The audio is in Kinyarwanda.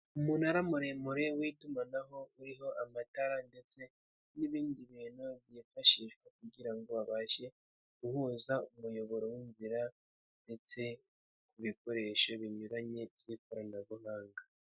Umunara muremure w'itumanaho, uriho amatara ndetse n'ibindi bintu byifashishwa kugira ngo babashe guhuza umuyoboro w'inzira ndetse ku bikoresho binyuranye by'ikoranabuhanga.